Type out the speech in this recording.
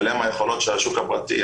מתעלמים מהיכולות של השוק הפרטי.